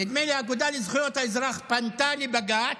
נדמה לי, האגודה לזכויות האזרח פנתה לבג"ץ,